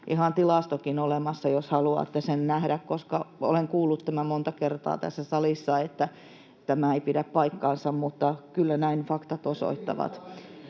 tilastokin olemassa, jos haluatte sen nähdä, koska olen kuullut tämän monta kertaa tässä salissa, että tämä ei pidä paikkaansa, mutta kyllä näin faktat osoittavat.